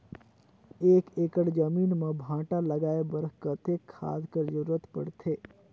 एक एकड़ जमीन म भांटा लगाय बर कतेक खाद कर जरूरत पड़थे?